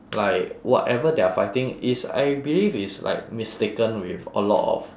like whatever they are fighting is I believe is like mistaken with a lot of